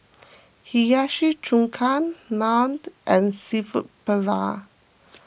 Hiyashi Chuka Naan and Seafood Paella